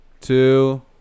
Two